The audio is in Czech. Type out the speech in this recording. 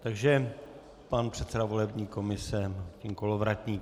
Takže předseda volební komise pan Kolovratník.